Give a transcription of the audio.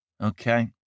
okay